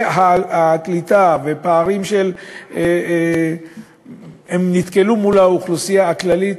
הקליטה והפערים שהם נתקלו מול האוכלוסייה הכללית,